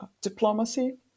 diplomacy